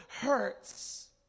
hurts